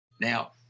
Now